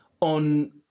on